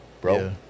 bro